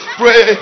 pray